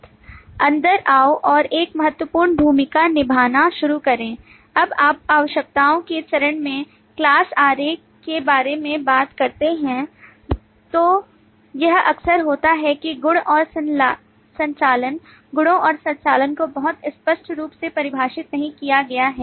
अंदर आओ और एक महत्वपूर्ण भूमिका निभाना शुरू करें जब आप आवश्यकताओं के चरण में class आरेख के बारे में बात करते हैं तो यह अक्सर होता है कि गुण और संचालन गुणों और संचालन को बहुत स्पष्ट रूप से परिभाषित नहीं किया गया है